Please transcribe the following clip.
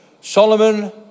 Solomon